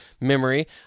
memory